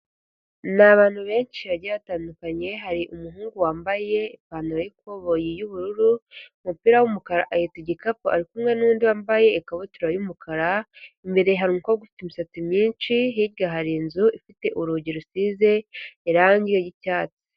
Ni abantu benshi bagiye batandukanye, hari umuhungu wambaye ipantaro y'ikoboyi y'ubururu, umupira w'umukara ahetse igikapu ari kumwe n'undi wambaye ikabutura y'umukara, imbere hari umukobwa ufite imisatsi myinshi, hirya hari inzu ifite urugi rusize irangi ryi'cyatsi.